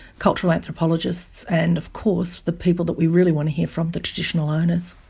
cultural anthropologists, and of course the people that we really want to hear from, the traditional owners.